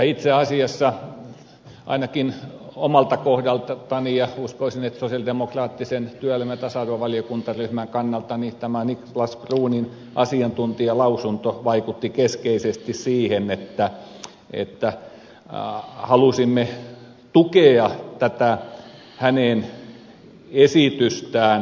itse asiassa ainakin omalta kohdaltani ja uskoisin että sosialidemokraattisen työelämä ja tasa arvovaliokuntaryhmän kannalta tämä niklas bruunin asiantuntijalausunto vaikutti keskeisesti siihen että halusimme tukea tätä hänen esitystään